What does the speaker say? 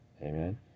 Amen